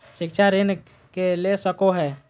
शिक्षा ऋण के ले सको है?